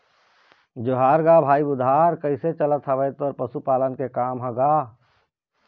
जोहार गा भाई बुधार कइसे चलत हवय तोर पशुपालन के काम ह गा?